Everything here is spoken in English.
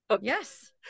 Yes